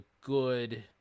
good